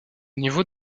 niveau